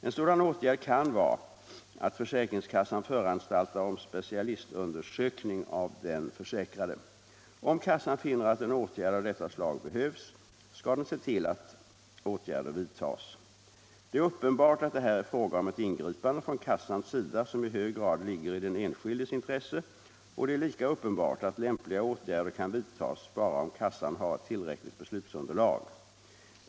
En sådan åtgärd kan vara att försäkringskassan föranstaltar om specialistundersökning av den försäkrade. Om kassan finner att en åtgärd av detta slag behövs, skall den se till att åtgärder vidtas. Det är uppenbart att det här är fråga om ett ingripande från kassans sida som i hög grad ligger i den enskildes intresse, och det är lika uppenbart att lämpliga åtgärder kan vidtas bara om kassan har ett tillräckligt beslutsunderlag.